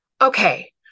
Okay